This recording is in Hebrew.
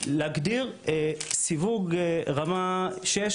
להגדיר סיווג רמה 6,